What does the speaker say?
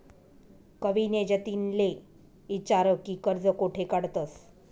कविनी जतिनले ईचारं की कर्ज कोठे काढतंस